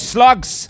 Slugs